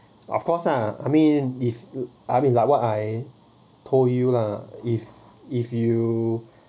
of course lah I mean if I mean like what I told you lah if if you